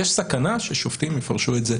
יש סכנה ששופטים יפרשו את זה